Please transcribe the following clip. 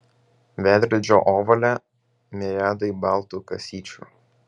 veidrodžio ovale miriadai baltų kasyčių